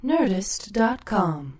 Nerdist.com